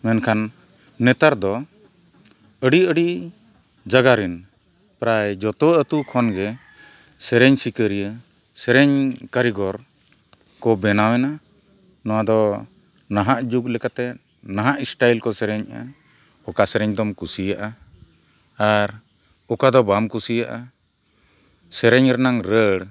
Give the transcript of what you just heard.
ᱢᱮᱱᱠᱷᱟᱱ ᱱᱮᱛᱟᱨ ᱫᱚ ᱟᱹᱰᱤ ᱟᱹᱰᱤ ᱡᱟᱭᱜᱟᱨᱮᱱ ᱯᱨᱟᱭ ᱡᱚᱛᱚ ᱟᱛᱳ ᱠᱷᱚᱱ ᱜᱮ ᱥᱮᱨᱮᱧ ᱥᱤᱠᱟᱹᱨᱤᱭᱟᱹ ᱥᱮᱨᱮᱧ ᱠᱟᱹᱨᱤᱜᱚᱞ ᱠᱚ ᱵᱮᱱᱟᱣ ᱮᱱᱟ ᱱᱚᱣᱟ ᱫᱚ ᱱᱟᱦᱟᱜ ᱡᱩᱜᱽ ᱞᱮᱠᱟᱛᱮ ᱱᱟᱦᱟᱜ ᱠᱚ ᱥᱮᱨᱮᱧᱮᱫᱼᱟ ᱚᱠᱟ ᱥᱮᱨᱮᱧ ᱫᱚᱢ ᱠᱩᱥᱤᱭᱟᱜᱼᱟ ᱟᱨ ᱚᱠᱟ ᱫᱚ ᱵᱟᱢ ᱠᱩᱥᱤᱭᱟᱜᱼᱟ ᱥᱮᱨᱮᱧ ᱨᱮᱱᱟᱜ ᱨᱟᱹᱲ